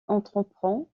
entreprend